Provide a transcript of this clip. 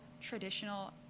traditional